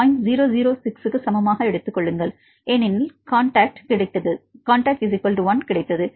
006 க்கு சமமாக எடுத்துக் கொள்ளுங்கள் ஏனெனில் காண்டாக்ட் 1 கிடைத்தது